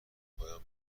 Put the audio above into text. پایان